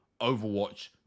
Overwatch